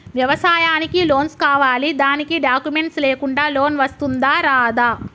వ్యవసాయానికి లోన్స్ కావాలి దానికి డాక్యుమెంట్స్ లేకుండా లోన్ వస్తుందా రాదా?